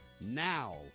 now